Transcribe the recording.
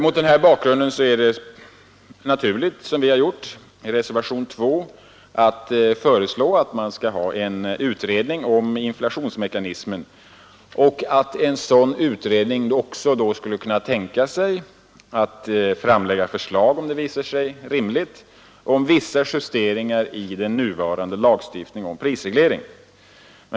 Mot denna bakgrund är det naturligt att, som vi har gjort i reservation 2, föreslå en utredning om inflationsmekanismen. En sådan utredning skulle också, om det visar sig rimligt, kunna framlägga förslag om vissa justeringar i den nuvarande lagstiftningen om prisreglering.